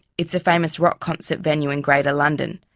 it's a famous rock concert venue in greater london,